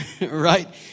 right